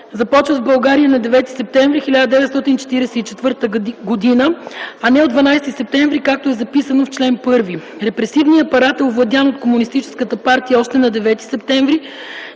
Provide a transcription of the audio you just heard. започват в България на 9 септември 1944г., а не от 12 септември, както е записано в чл. 1. Репресивният апарат е овладян от комунистическата партия още на 9 септември